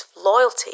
loyalty